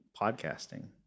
podcasting